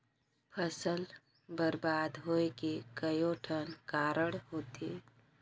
फसल बरबाद होवे के कयोठन कारण होथे